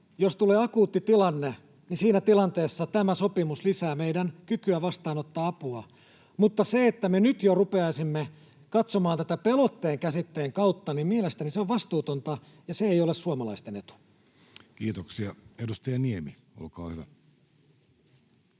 jos tulee akuutti tilanne, niin siinä tilanteessa tämä sopimus lisää meidän kykyä vastaanottaa apua, mutta se, että me nyt jo rupeaisimme katsomaan tätä pelotteen käsitteen kautta, on mielestäni vastuutonta ja se ei ole suomalaisten etu. Kiitoksia. — Edustaja Niemi, olkaa hyvä.